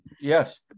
Yes